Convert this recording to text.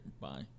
bye